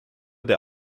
der